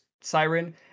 siren